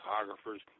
photographers